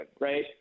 right